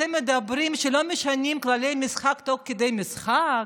אתם מדברים שלא משנים כללי משחק תוך כדי משחק,